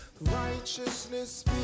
righteousness